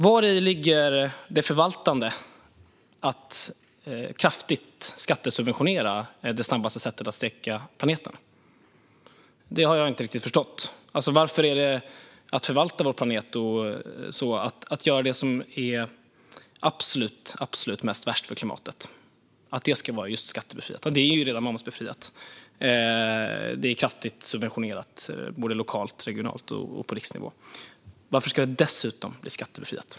Var ligger det förvaltande i att kraftigt skattesubventionera det snabbaste sättet att steka planeten? Det har jag inte riktigt förstått. Varför är det att förvalta vår planet att skattebefria det som är absolut värst för klimatet? Det är ju redan momsbefriat och kraftigt subventionerat, både regionalt och på riksnivå. Varför ska det dessutom bli skattebefriat?